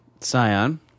Scion